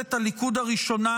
בממשלת הליכוד הראשונה,